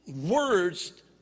words